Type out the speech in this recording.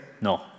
No